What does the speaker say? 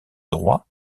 droit